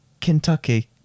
Kentucky